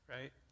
Right